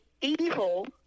evil